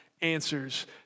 answers